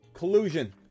Collusion